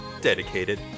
dedicated